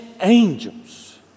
angels